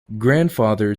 grandfather